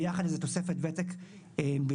ויחד עם זה תוספת ותק בלבד.